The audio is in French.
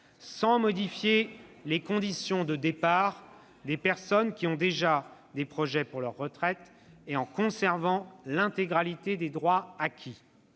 sans modifier les conditions de départ des personnes qui ont déjà des projets pour leur retraite et en conservant l'intégralité des droits acquis.